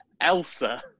Elsa